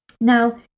Now